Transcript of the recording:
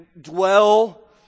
dwell